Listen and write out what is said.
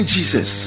Jesus